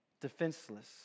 Defenseless